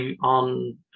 on